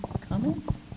comments